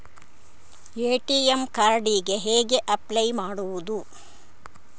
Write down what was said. ATM card ಗೆ ಹೇಗೆ apply ಮಾಡುವುದು?